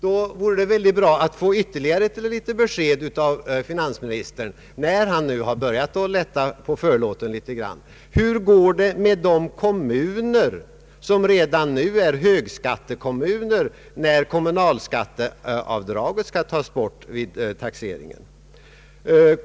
Då vore det bra om vi kunde få ytterligare besked från finansministern, när han nu har börjat lätta litet på förlåten. Hur går det t.ex. med skattebetalarna i de kommuner som redan nu är högskattekommuner när kommunalskatteavdraget skall tas bort vid taxeringen?